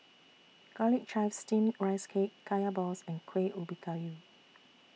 Garlic Chives Steamed Rice Cake Kaya Balls and Kueh Ubi Kayu